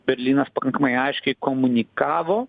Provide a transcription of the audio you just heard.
berlynas pakankamai aiškiai komunikavo